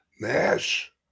nash